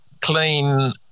clean